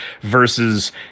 versus